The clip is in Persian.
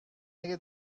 اگه